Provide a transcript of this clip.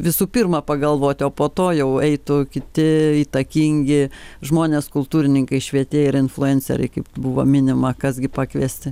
visų pirma pagalvoti o po to jau eitų kiti įtakingi žmonės kultūrininkai švietėjai ir influenceriai kaip buvo minima kas gi pakviesti